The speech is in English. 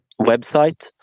website